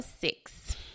six